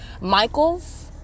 Michael's